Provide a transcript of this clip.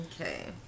okay